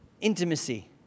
Intimacy